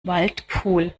waldpool